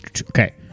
Okay